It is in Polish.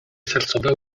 sercowe